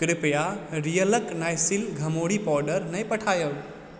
कृपया रियल क नाइसिल घमौरी पाउडर नै पठायब